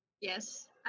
Yes